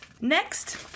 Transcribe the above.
next